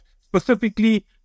specifically